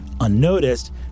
unnoticed